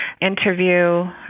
interview